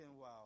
wow